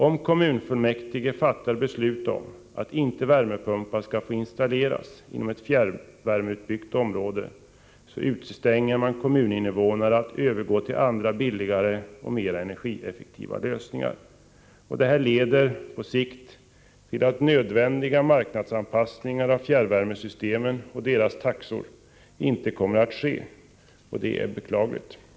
Om kommunfullmäktige fattar beslut om att värmepumpar inte skall få installeras inom ett fjärrvärmeutbyggt område, utestänger man kommuninvånare från att övergå till andra, billigare och mer energieffektiva lösningar. Det här leder på sikt till att nödvändiga marknadsanpassningar av fjärrvärmesystemen och deras taxor inte kommer att ske, och det är beklagligt. Fru talman!